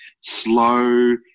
slow